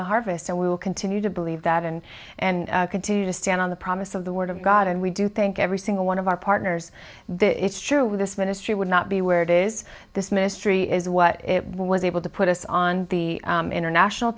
the harvest so we will continue to believe that and and continue to stand on the promise of the word of god and we do thank every single one of our partners that it's true with this ministry would not be where it is this ministry is what it was able to put us on the international